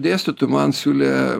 dėstytoju man siūlė